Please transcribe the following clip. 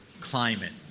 climate